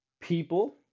people